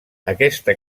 aquesta